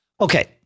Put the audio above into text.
Okay